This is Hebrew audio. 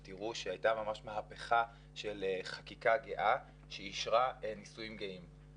אתם תראו שהייתה ממש מהפיכה של חקיקה גאה שאישרה נישואים גאים.